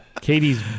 katie's